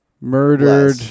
murdered